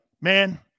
Man